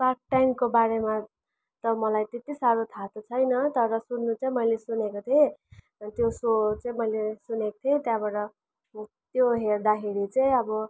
part टाइमको बारेमा त मलाई त्यत्ति साह्रो थाहा त छैन तर सुन्नु चाहिँ मैले सुनेको थिएँ अनि त्यो सो चाहिँ मैले सुनेको थिएँ त्यहाँबाट त्यो हेर्दाखेरि चाहिँ अब